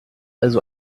also